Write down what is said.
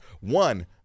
One